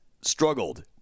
struggled